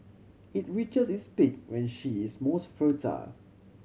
it reaches its peak when she is most fertile